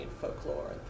folklore